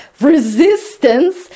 resistance